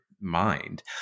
mind